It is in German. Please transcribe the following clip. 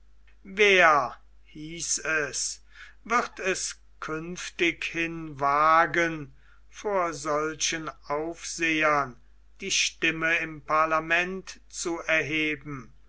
wer hieß es wird es künftighin wagen vor solchen aufsehern die stimme im parlament zu erheben